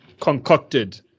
concocted